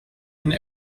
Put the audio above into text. and